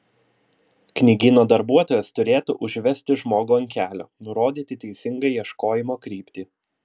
knygyno darbuotojas turėtų užvesti žmogų ant kelio nurodyti teisingą ieškojimo kryptį